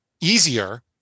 easier